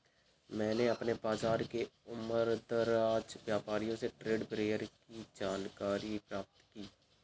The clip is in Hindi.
मैंने अपने बाज़ार के उमरदराज व्यापारियों से ट्रेड बैरियर की जानकारी प्राप्त की है